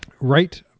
right